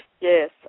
Yes